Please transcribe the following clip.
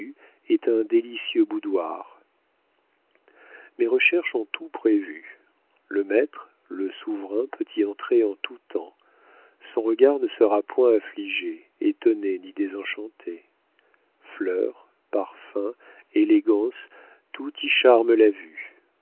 est un délicieux boudoir mes recherches ont tout prévu le maître le souverain peut y entrer en tout temps son regard ne sera point affligé étonné ni désenchanté fleurs parfums élégance tout y charme la vue